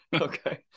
Okay